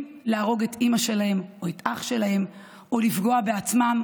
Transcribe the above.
להרוג את אימא שלהם או את אח שלהם או לפגוע בעצמם,